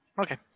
Okay